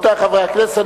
רבותי חברי הכנסת,